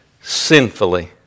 sinfully